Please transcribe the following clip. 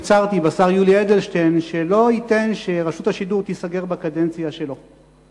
הפצרתי בשר יולי אדלשטיין שלא ייתן שרשות השידור תיסגר בקדנציה שלו,